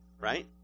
Right